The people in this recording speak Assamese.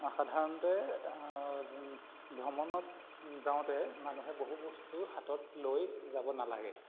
সাধাৰণতে ভ্ৰমণত যাওঁতে মানুহে বহু বস্তু হাতত লৈ যাব নালাগে